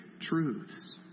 truths